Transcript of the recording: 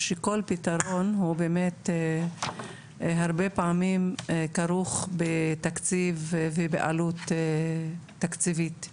שכל פתרון הוא באמת הרבה פעמים כרוך בתקציב ובעלות תקציבית.